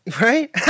Right